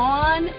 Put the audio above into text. on